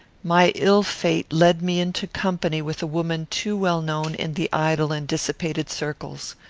my ill fate led me into company with a woman too well known in the idle and dissipated circles.